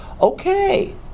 Okay